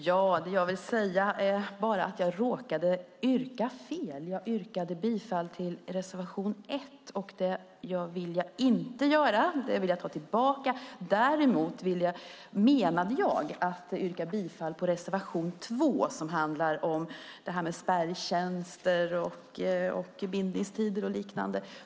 Herr talman! Jag råkade yrka fel. Jag yrkade bifall till reservation 1, och det vill jag inte göra. Jag vill ta tillbaka det yrkandet. Jag menade att yrka bifall till reservation 2 som handlar om spärrtjänster, bindningstider och liknande.